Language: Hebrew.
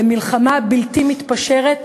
למלחמה בלתי מתפשרת,